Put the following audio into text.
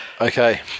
okay